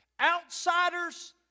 Outsiders